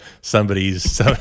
somebody's